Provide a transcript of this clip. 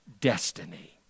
destiny